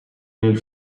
nel